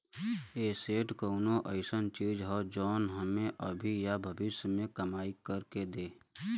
asset कउनो अइसन चीज हौ जौन हमें अभी या भविष्य में कमाई कर के दे